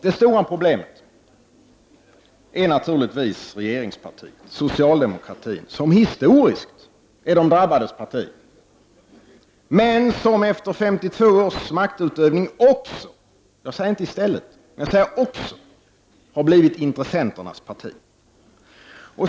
Det stora problemet är naturligtvis regeringspartiet, socialdemokratin, som historiskt är de drabbades parti, men som efter 52 års maktutövning också — jag säger inte i stället — har blivit intressenternas parti.